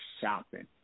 shopping